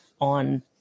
on